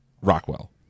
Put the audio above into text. Rockwell